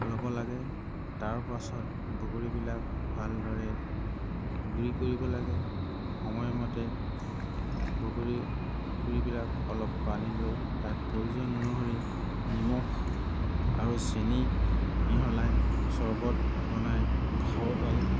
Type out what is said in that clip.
ল'ব লাগে তাৰ পাছত বগৰীবিলাক ভালদৰে গুৰি কৰিব লাগে সময়মতে বগৰী গুৰিবিলাক অলপ পানী লৈ তাত প্ৰয়োজন অনুসৰি নিমখ আৰু চেনি মিহলাই চৰ্বত বনাই খাব পাৰি